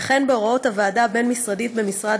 וכן בהוראות הוועדה הבין-משרדית במשרד